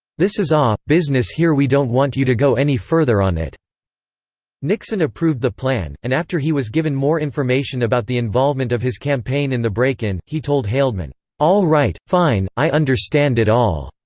this is ah, business here we don't want you to go any further on it nixon approved the plan, and after he was given more information about the involvement of his campaign in the break-in, he told haldeman all right, fine, i understand it all.